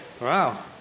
Wow